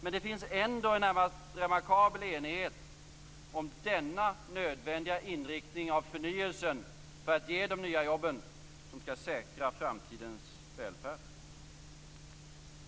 Men det finns ändå en nästan remarkabel enighet om denna nödvändiga inriktning av förnyelsen för att ge de nya jobben som skall säkra framtidens välfärd.